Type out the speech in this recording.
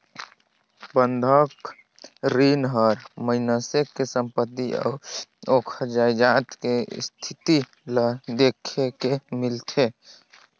बंधक रीन हर मइनसे के संपति अउ ओखर जायदाद के इस्थिति ल देख के मिलथे